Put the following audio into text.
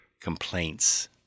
complaints